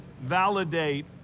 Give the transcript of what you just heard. validate